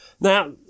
Now